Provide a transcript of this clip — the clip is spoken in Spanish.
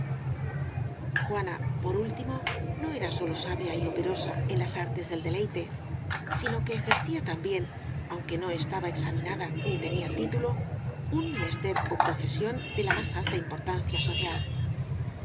juana por último no era sólo sabia y operosa en las artes del deleite sino que ejercía también aunque no estaba examinada ni tenía título un menester ó profesión de la más alta importancia social